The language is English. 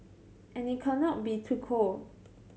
and it cannot be too cold